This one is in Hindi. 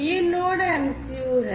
यह Node MCU है